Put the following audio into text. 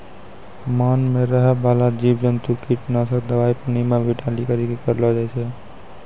मान मे रहै बाला जिव जन्तु किट नाशक दवाई पानी मे भी डाली करी के करलो जाय छै